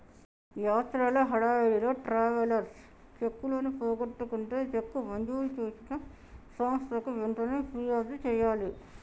యాత్రల హడావిడిలో ట్రావెలర్స్ చెక్కులను పోగొట్టుకుంటే చెక్కు మంజూరు చేసిన సంస్థకు వెంటనే ఫిర్యాదు చేయాలి